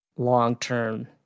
long-term